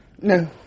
no